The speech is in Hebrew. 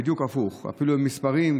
בדיוק הפוך: המספרים,